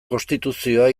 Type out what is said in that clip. konstituzioa